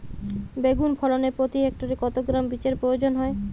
বেগুন ফলনে প্রতি হেক্টরে কত গ্রাম বীজের প্রয়োজন হয়?